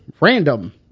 random